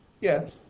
yes